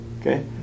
Okay